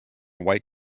white